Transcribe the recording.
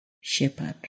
Shepherd